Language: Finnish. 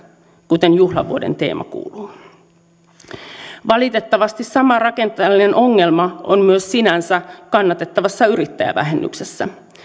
kuten juhlavuoden teema kuuluu valitettavasti sama rakenteellinen ongelma on myös sinänsä kannatettavassa yrittäjävähennyksessä